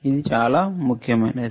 ఇది చాలా ముఖ్యమైనది